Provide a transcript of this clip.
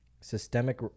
systemic